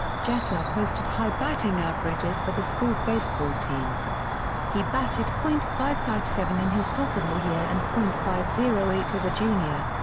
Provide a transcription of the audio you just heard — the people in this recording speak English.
jeter posted high batting averages for the school's baseball team he batted point five five seven in his sophomore year and point five zero eight as a junior.